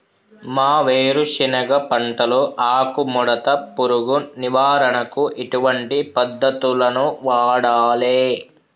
మా వేరుశెనగ పంటలో ఆకుముడత పురుగు నివారణకు ఎటువంటి పద్దతులను వాడాలే?